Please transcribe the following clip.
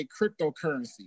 cryptocurrency